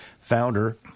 founder